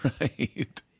Right